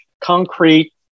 concrete